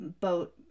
boat